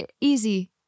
easy